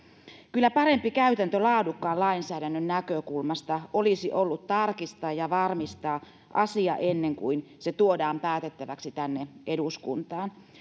kyllä parempi käytäntö laadukkaan lainsäädännön näkökulmasta olisi ollut tarkistaa ja varmistaa asia ennen kuin se tuodaan päätettäväksi tänne eduskuntaan